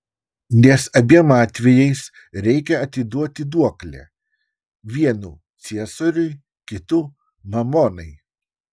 nes abiem atvejais reikia atiduoti duoklę vienu ciesoriui kitu mamonai